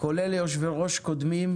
כולל יושבי-ראש קודמים: